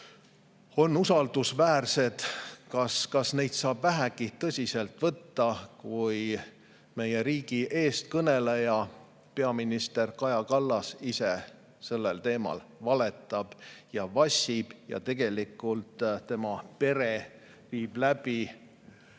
on usaldusväärsed, kas neid saab vähegi tõsiselt võtta, kui meie riigi eestkõneleja, peaminister Kaja Kallas ise sellel teemal valetab ja vassib ja tema pere [ajab]